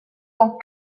tant